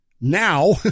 now